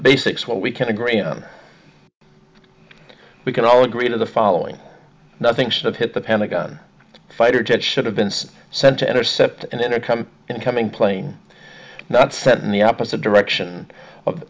basics what we can agree on we can all agree to the following nothing should have hit the pentagon fighter jets should have been sent to intercept and in a come incoming plane not sent in the opposite direction of